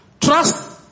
Trust